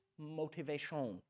motivation